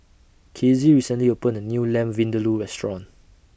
Kizzie recently opened A New Lamb Vindaloo Restaurant